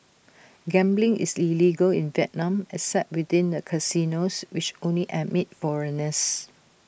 gambling is illegal in Vietnam except within the casinos which only admit foreigners